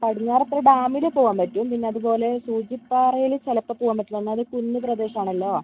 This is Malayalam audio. പടിഞ്ഞാറേത്തറ ഡാമിൽ പോകാൻ പറ്റും പിന്നതുപോലെ സൂചിപ്പാറയിൽ ചിലപ്പോൾ പോകാൻ പറ്റൂലാ എന്നാലും കുഞ്ഞ് പ്രദേശമാണല്ലോ